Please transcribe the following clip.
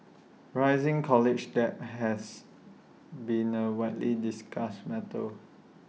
rising college debt has been A widely discussed matter